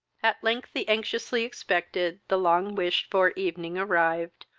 at length the anxiously-expected, the long wished for evening arrived,